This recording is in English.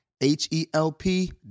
H-E-L-P